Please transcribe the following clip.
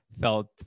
felt